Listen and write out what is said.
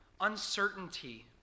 uncertainty